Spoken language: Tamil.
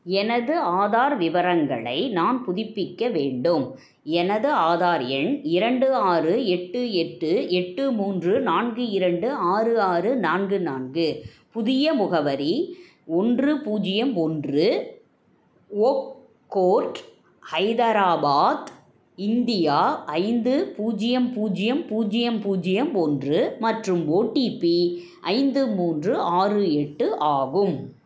எனது ஆதார் விவரங்களை நான் புதுப்பிக்க வேண்டும் எனது ஆதார் எண் இரண்டு ஆறு எட்டு எட்டு எட்டு மூன்று நான்கு இரண்டு ஆறு ஆறு நான்கு நான்கு புதிய முகவரி ஒன்று பூஜ்ஜியம் ஒன்று ஓக் கோர்ட் ஹைதராபாத் இந்தியா ஐந்து பூஜ்ஜியம் பூஜ்ஜியம் பூஜ்ஜியம் பூஜ்ஜியம் ஒன்று மற்றும் ஓடிபி ஐந்து மூன்று ஆறு எட்டு ஆகும்